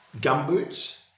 gumboots